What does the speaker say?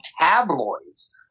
tabloids